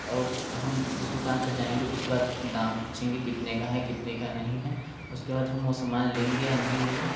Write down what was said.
और हम उस दुकान पे जाएंगे उसका दाम पूछेंगे कितने है कितने का नहीं है उसके बाद हम वो सामान लेंगे या नहीं लेंगे